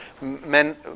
men